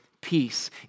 peace